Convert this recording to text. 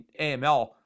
AML